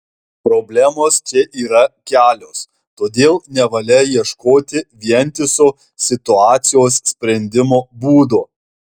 problemos čia yra kelios todėl nevalia ieškoti vientiso situacijos sprendimo būdo